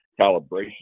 calibration